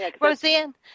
Roseanne